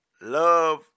love